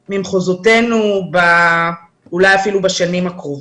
ממחוזותינו אולי אפילו בשנים הקרובות.